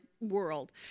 world